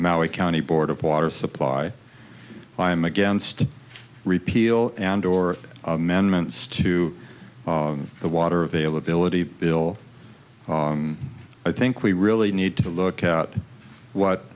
a county board of water supply i am against repeal and or amendments to the water availability bill i think we really need to look at what